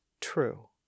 true